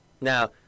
Now